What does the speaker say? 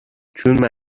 چون